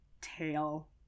tail